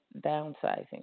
downsizing